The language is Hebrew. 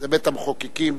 וזה בית-המחוקקים,